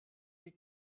will